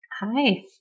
Hi